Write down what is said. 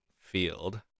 field